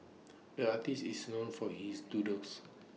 the artist is known for his doodles